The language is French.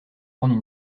prendre